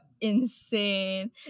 insane